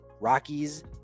Rockies